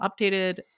updated